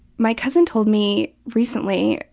my cousin told me recently,